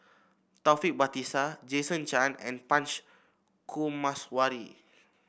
Taufik Batisah Jason Chan and Punch Coomaraswamy